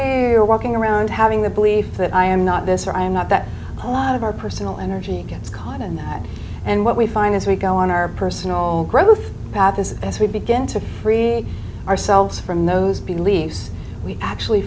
you're walking around having the belief that i am not this or i am not that a lot of our personal energy gets caught in that and what we find as we go on our personal growth path is as we begin to free ourselves from those beliefs we actually